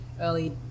early